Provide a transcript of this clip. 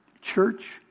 church